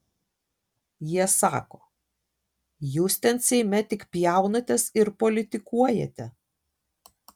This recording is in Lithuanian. jie sako jūs ten seime tik pjaunatės ir politikuojate